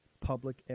public